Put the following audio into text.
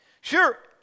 Sure